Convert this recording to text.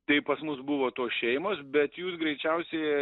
tai pas mus buvo tos šeimos bet jūs greičiausiai